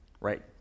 right